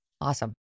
Awesome